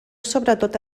sobretot